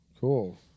Cool